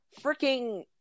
freaking